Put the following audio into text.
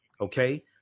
Okay